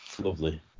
Lovely